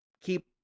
keep